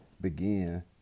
begin